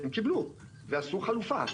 והם קיבלו ועשו חלופה.